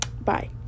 Bye